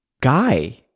guy